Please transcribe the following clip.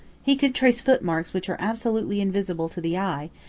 he can trace footmarks which are absolutely invisible to the eye,